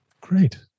Great